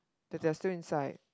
that they are still inside